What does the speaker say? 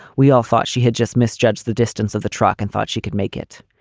we all thought she had just misjudged the distance of the truck and thought she could make it.